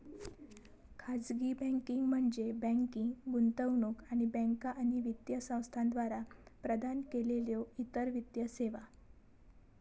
खाजगी बँकिंग म्हणजे बँकिंग, गुंतवणूक आणि बँका आणि वित्तीय संस्थांद्वारा प्रदान केलेल्यो इतर वित्तीय सेवा